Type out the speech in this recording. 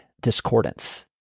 discordance